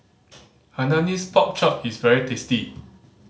Hainanese Pork Chop is very tasty